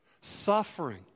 suffering